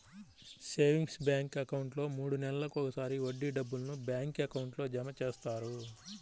savings bank అకౌంట్లో మూడు నెలలకు ఒకసారి వడ్డీ డబ్బులను బ్యాంక్ అకౌంట్లో జమ చేస్తారు